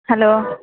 hello